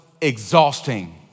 exhausting